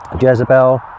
jezebel